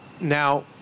Now